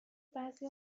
بعضی